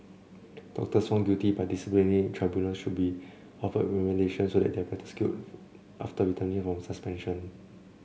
doctors found guilty by disciplinary tribunals should be offered remediation so they are better skilled after returning from suspension